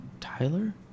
Tyler